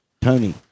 Tony